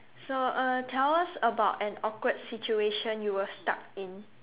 so uh tell us about an awkward situation you were stuck in